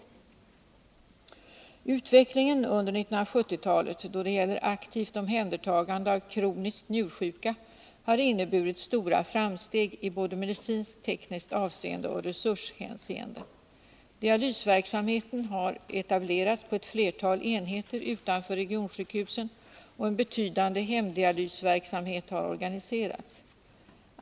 Utvecklingen under 1970-talet då det gäller aktivt omhändertagande av kroniskt njursjuka har inneburit stora framsteg i både medicinskt-tekniskt avseende och resurshänseende. Dialysverksamhet har etablerats på ett flertal enheter utanför regionsjukhusen och en betydande hemdialysverksamhet har organiserats.